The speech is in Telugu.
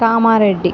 కామారెడ్డి